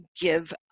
give